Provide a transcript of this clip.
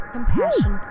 Compassion